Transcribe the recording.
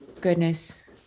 Goodness